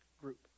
group